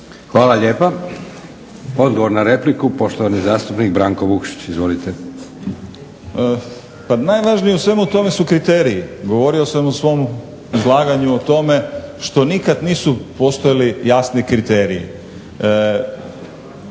Hvala lijepa. Odgovor na repliku, poštovani zastupnik Branko Vukšić. Izvolite.